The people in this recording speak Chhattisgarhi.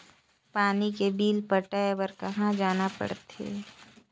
पानी के बिल पटाय बार कहा जाना पड़थे?